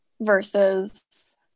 versus